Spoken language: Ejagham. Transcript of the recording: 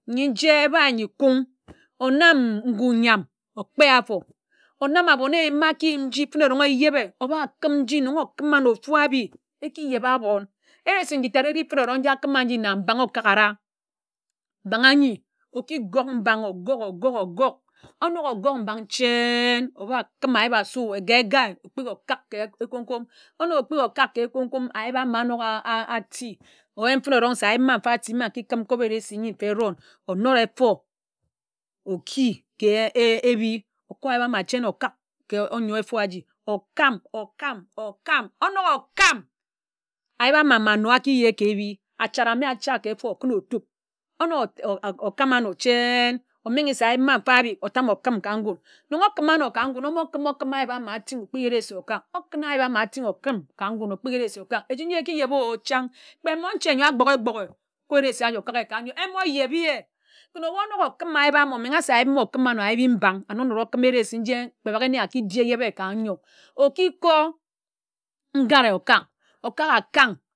Ńyi ńje ebae ńyi kún onám ngú ńyam okpé afo onám abone ebim nji aki yim fene ejebe óba kim nji nnōn ókima na ofu abi eki yebe ábon ari se nchi ntád eri fene erong nji akima áji na mbang okakara mbang ányi oki gōg mbang ogōg ogōg ogōg ogōg onōk ogóg mbang chen̄ oba kim ayip asu egae egae okpighi okāk ka ekom kom onōk okpighi okak ka ekóm kom ayip āma anōk ati oyen fene erong se ayip ma mfa ati mfa nki kim cup eresi n̄yi erón onōd ēfor oki ka ebhi okor ayip ama chen̄ okak ka ónyor efor aji okām okām okām onók okam ayip ama ma nno aki ye ke ebhi achád ame achád ka efor okun otup onok okam ano cheń. omenghe se ayip ma mfa abik otame okim ka ngun nnon okima ano ka ngun ōmọ kim okim ayip ama ati okpighi eresi okak okim ayip ama ati okim ka ngún okpighi eresi okak eji nji aki yeb o chań kpe monche nyor akpoghe ekpoghe óko eresi aji okak ye ka nyo emō yeb-i-ye. kún ebu onōk okim ayip ama omenghe se ayip ma okima ayip-i-mbang and onōd okim eresi nji kpe bagha ene aki edi eyede ka ńyor oki kor ngare okak okāk akan̄g.